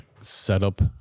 setup